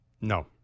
No